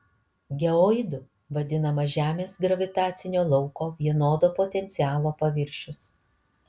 geoidu vadinamas žemės gravitacinio lauko vienodo potencialo paviršius